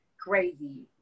crazy